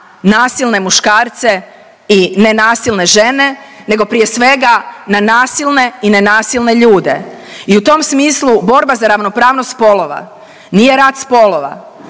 nasilne muškarce i nenasilne žene, nego prije svega na nasilne i nenasilne ljude i u tom smislu borba za ravnopravnost spolova nije rat spolova,